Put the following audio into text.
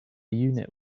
unit